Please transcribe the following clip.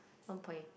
one point